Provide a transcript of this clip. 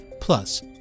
Plus